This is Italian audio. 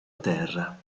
terra